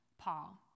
Paul